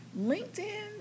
LinkedIn